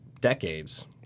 decades